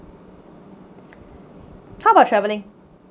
how about traveling